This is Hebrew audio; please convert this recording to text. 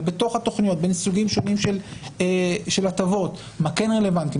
ובתוך התכניות בין הסוגים השונים של הטבות מה כן רלוונטי,